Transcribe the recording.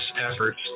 efforts